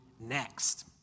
next